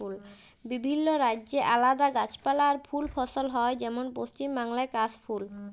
বিভিল্য রাজ্যে আলাদা গাছপালা আর ফুল ফসল হ্যয় যেমল পশ্চিম বাংলায় কাশ ফুল